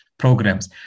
programs